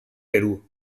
perú